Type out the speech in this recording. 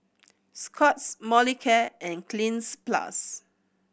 Scott's Molicare and Cleanz Plus